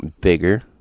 bigger